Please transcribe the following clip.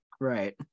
Right